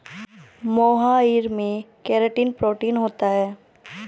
मोहाइर में keratin protein होता है